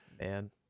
man